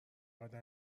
قدم